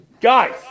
guys